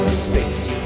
space